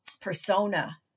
persona